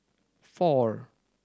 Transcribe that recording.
four